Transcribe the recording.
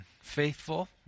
faithful